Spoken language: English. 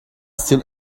still